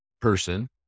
person